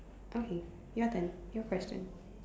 okay your turn your question